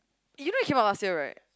you know he came out last year right